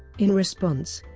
in response,